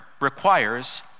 requires